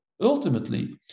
ultimately